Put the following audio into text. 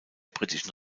britischen